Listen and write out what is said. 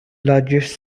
largest